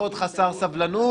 חסר סבלנות,